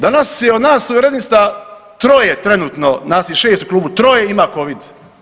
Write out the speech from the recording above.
Danas je od nas suverenista troje trenutno, nas je 6 u klubu, troje ima covid.